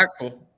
impactful